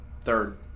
Third